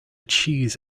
cheese